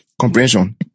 Comprehension